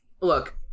look